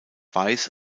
weiß